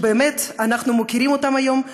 ובאמת אנחנו מוקירים אותם היום,